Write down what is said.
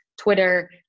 Twitter